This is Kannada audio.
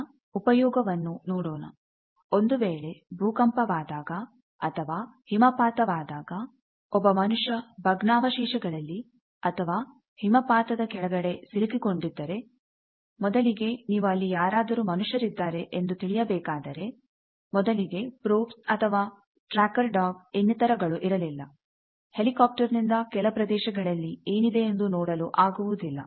ಈಗ ಉಪಯೋಗವನ್ನು ನೋಡೋಣ ಒಂದು ವೇಳೆ ಭೂಕಂಪವಾದಾಗ ಅಥವಾ ಹಿಮಪಾತವಾದಾಗ ಒಬ್ಬ ಮನುಷ್ಯ ಭಗ್ನಾವಶೇಷಗಳಲ್ಲಿ ಅಥವಾ ಹಿಮಪಾತದ ಕೆಳಗಡೆ ಸಿಲುಕಿಕೊಂಡಿದ್ದರೆ ಮೊದಲಿಗೆ ನೀವು ಅಲ್ಲಿ ಯಾರಾದರೂ ಮನುಷ್ಯರಿದ್ದಾರೆ ಎಂದು ತಿಳಿಯಬೇಕಾದರೆ ಮೊದಲಿಗೆ ಪ್ರೊಬ್ಸ್ ಅಥವಾ ಟ್ರ್ಯಾಕರ್ ಡಾಗ್ ಇನ್ನಿತರ ಗಳು ಇರಲಿಲ್ಲ ಹೆಲಿಕಾಪ್ಟರ್ ನಿಂದ ಕೆಲ ಪ್ರದೇಶದಲ್ಲಿ ಏನಿದೆಯೆಂದು ನೋಡಲು ಆಗುವುದಿಲ್ಲ